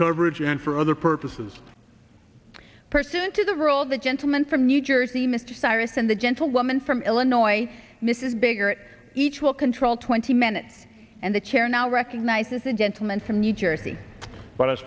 coverage and for other purposes pursuant to the rule of the gentleman from new jersey mr cyrus and the gentlewoman from illinois mrs bigger each will control twenty minutes and the chair now recognizes the gentleman from new jersey but